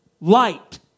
light